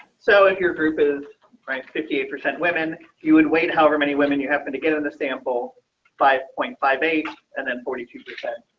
so if your group is fifty eight percent women, you would wait. however, many women you happen to get on the sample five point five eight and then forty two percent